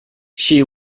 she